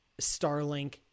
starlink